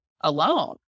alone